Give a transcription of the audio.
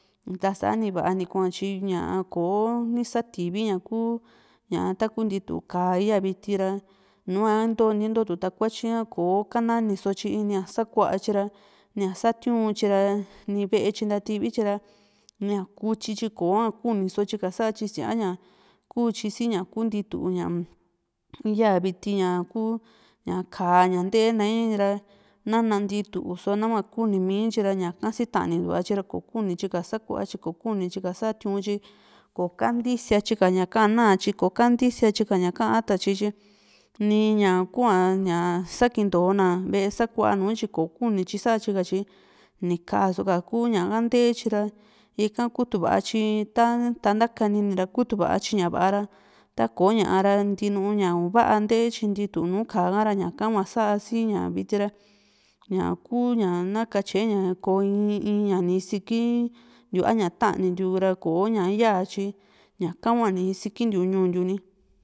ta sani va´a ni kua tyi koni sativi ña ku ña takuntitu kaá ya viti ra nua ntonti ntotu takuaty ha ko kanani tyi nia kakua tyi ra nia satiun tyi ra ni ve´e tyi ko ntativi tyi ra nia kutyi tyi koa kuniso tyi ka sa tyi siaña kuu tyi si ña kuntii ñaa ya viti ñaku ña kaá ña nteenae ra nanantituso nahua kuni mi tyi ra ñaka sitanintua tyi ra ko kuni tyi ka sakua tyi kokuni tyi ka satiun tyi ko kantisía tyi ka ñaka na´a tyi ko kantisiá tyi ka ña ka ata tyi tyi ni ñakua hua sakintona ve´e sakua nùù tyi kokuni tyi satyi nikaa soka kuu ñaha ntee tyi ra ika kutuva tyi ta tantakanini ra kutuva tyi ña va´a ra ta koña ra ntiinu ña u´vaa nteetyi ntitu nuu kahara ñaka hua sa siña viti ra ñaku ña na katye ña ko in in ña ni isikin tua a ña tanintiu ra koña yaa tyi ñaka hua ni isikintiu ñuu ntiu ni